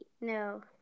No